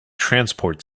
transport